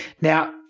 Now